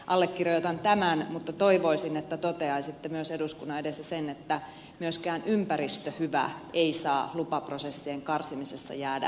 allekirjoitan tämän mutta toivoisin että toteaisitte eduskunnan edessä myös sen että myöskään ympäristöhyvä ei saa lupaprosessien karsimisessa jäädä sivuraiteelle